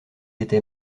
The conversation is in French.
était